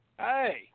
Hey